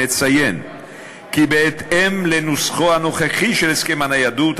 נציין כי בהתאם לנוסחו הנוכחי של הסכם הניידות,